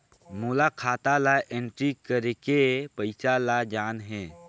मोला खाता ला एंट्री करेके पइसा ला जान हे?